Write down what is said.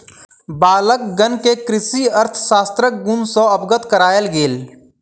बालकगण के कृषि अर्थशास्त्रक गुण सॅ अवगत करायल गेल